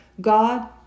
God